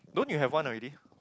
don't you have one already